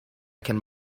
can